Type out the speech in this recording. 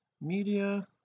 media